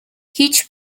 هیچ